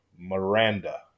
Miranda